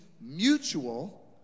mutual